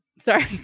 Sorry